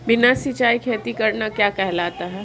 बिना सिंचाई खेती करना क्या कहलाता है?